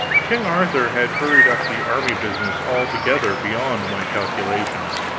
king arthur had hurried up the army business altogether beyond my calculations.